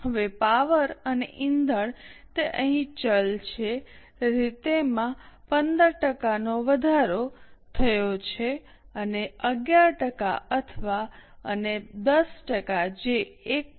હવે પાવર અને ઇંધણ તે અહીં ચલ છે તેથી તેમાં 15 ટકાનો વધારો થયો છે અને 11 ટકા અથવા અને 10 ટકા જે 1